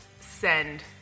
send